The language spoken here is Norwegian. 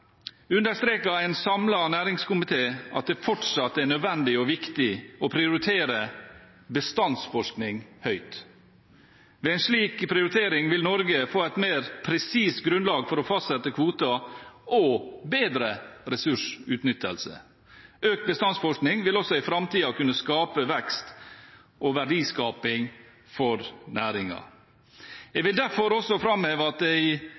understreker en samlet næringskomité at det fortsatt er nødvendig og viktig å prioritere bestandsforskning høyt. Ved en slik prioritering vil Norge få et mer presist grunnlag for å fastsette kvoter og bedre ressursutnyttelse. Økt bestandsforskning vil også i framtiden kunne skape vekst og verdiskaping for næringen. Jeg vil derfor også framheve at det i